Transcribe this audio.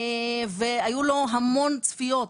היו לו המון צפיות.